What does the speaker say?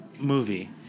movie